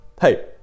hey